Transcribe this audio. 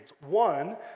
One